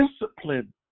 discipline